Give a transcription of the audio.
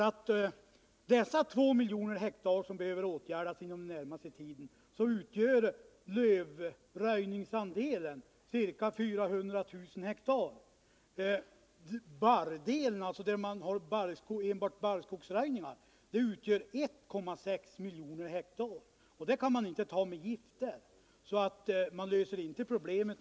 Av de två miljoner ha som behöver åtgärdas under den närmaste tiden utgör lövröjningsdelen ca 400 000 ha. Det område där man har enbart barrskogsröjningar omfattar 1,6 miljoner ha. Detta kan inte klaras genom att man släpper ut giftplan.